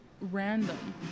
random